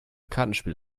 kartenspiel